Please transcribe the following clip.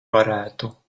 varētu